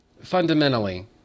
fundamentally